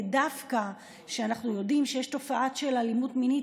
דווקא אנחנו יודעים שיש תופעות של אלימות מינית,